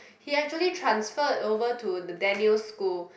he actually transferred over to the Daniel school